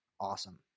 awesome